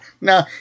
No